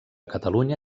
catalunya